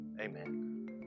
amen